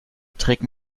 trägt